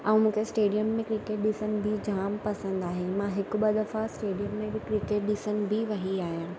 ऐं मूंखे स्टेडियम में क्रिकेट ॾिसण बि जाम पसंदि आहे मां हिकु ॿ दफ़ा स्टेडियम में बि क्रिकेट ॾिसण बि वेई आहियां